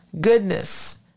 Goodness